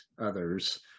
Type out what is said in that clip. others